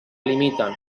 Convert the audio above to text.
limiten